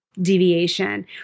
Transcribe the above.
deviation